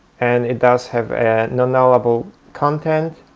and it does have a non-nullable content,